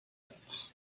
events